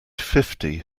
fifty